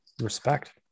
respect